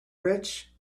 rich